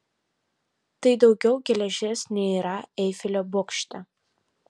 tai daugiau geležies nei yra eifelio bokšte